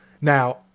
Now